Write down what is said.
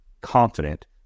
confident